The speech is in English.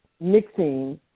mixing